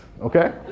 Okay